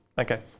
Okay